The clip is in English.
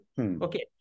Okay